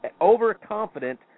overconfident